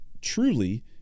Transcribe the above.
truly